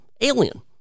alien